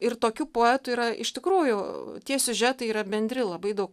ir tokių poetų yra iš tikrųjų tie siužetai yra bendri labai daug